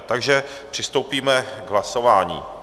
Takže přistoupíme k hlasování.